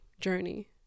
journey